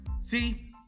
See